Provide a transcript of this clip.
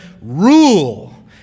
rule